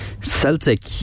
Celtic